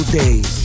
days